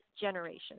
generations